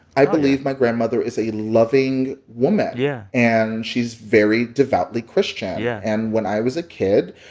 i believe my grandmother is a loving woman yeah and she's very devoutly christian yeah and when i was a kid,